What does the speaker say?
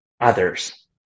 others